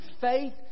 faith